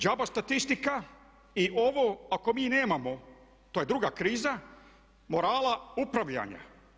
Đaba statistika i ovo ako mi nemamo to je druga kriza morala upravljanja.